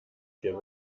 vier